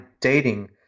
dating